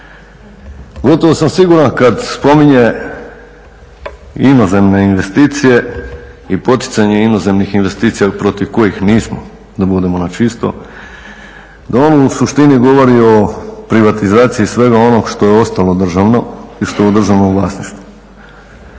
Gotovo sam siguran kad spominje inozemne investicije i poticanje inozemnih investicija protiv kojih nismo, da budemo na čisto, da on u suštini govori o privatizaciji svega onoga što je ostalo državno i što je u državnom vlasništvu.